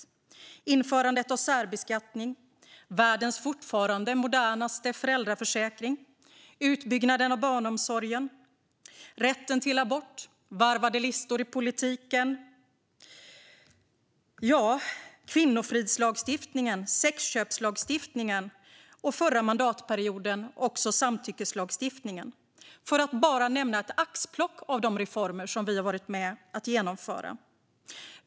Vi har införandet av särbeskattning, världens fortfarande modernaste föräldraförsäkring, utbyggnaden av barnomsorgen, rätten till abort, varvade listor i politiken, kvinnofridslagstiftningen, sexköpslagstiftningen och, förra mandatperioden, också samtyckeslagstiftningen, för att bara nämna ett axplock av de reformer vi har varit med och genomfört.